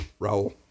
Raul